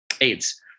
AIDS